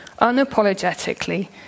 unapologetically